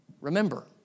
Remember